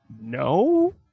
No